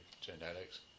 genetics